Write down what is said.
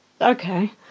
Okay